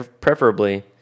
preferably